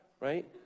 right